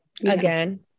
again